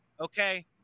Okay